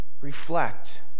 reflect